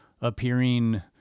appearing